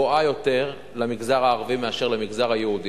גבוהה יותר למגזר הערבי מאשר למגזר היהודי,